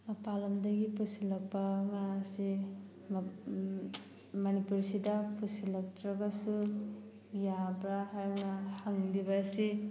ꯃꯄꯥꯜ ꯂꯝꯗꯒꯤ ꯄꯨꯁꯤꯜꯂꯛꯄ ꯉꯥꯁꯦ ꯃꯅꯤꯄꯨꯔꯁꯤꯗ ꯄꯨꯁꯤꯜꯂꯛꯇ꯭ꯔꯒꯁꯨ ꯌꯥꯕ꯭ꯔꯥ ꯍꯥꯏꯅ ꯍꯪꯂꯤꯕ ꯑꯁꯤ